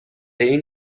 این